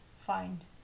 find